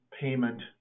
payment